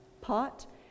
pot